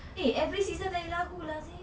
eh every season lain lagu lah seh